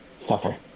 suffer